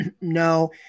no